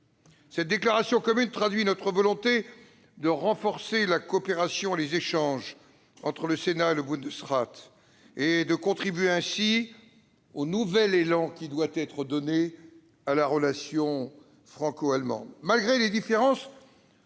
Cette déclaration commune traduit notre volonté de renforcer la coopération et les échanges entre le Sénat et le Bundesrat et de contribuer ainsi au nouvel élan qui doit être donné à la relation franco-allemande.